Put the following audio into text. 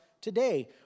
today